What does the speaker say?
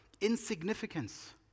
insignificance